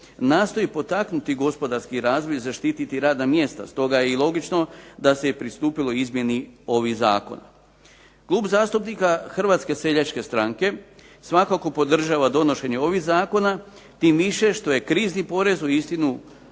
nastoji potaknuti gospodarski razvoj i zaštiti radna mjesta. Stoga je i logično da se je pristupilo izmjeni ovih zakona. Klub zastupnika HSS-a svakako podržava donošenje ovih zakona tim više što je krizni porez uistinu